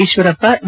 Eshwarappa V